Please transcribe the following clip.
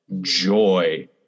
joy